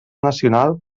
nacional